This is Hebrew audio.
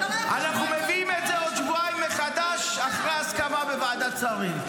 אנחנו מביאים את זה עוד שבועיים מחדש אחרי הסכמה בוועדת שרים.